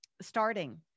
starting